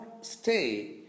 stay